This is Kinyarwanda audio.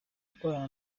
gukorana